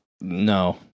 No